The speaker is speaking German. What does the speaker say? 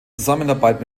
zusammenarbeit